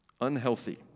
Unhealthy